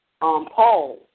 Paul